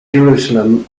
jerusalem